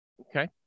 Okay